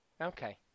Okay